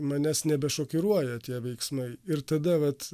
manęs nebešokiruoja tie veiksmai ir tada vat